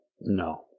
No